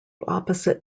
opposite